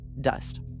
dust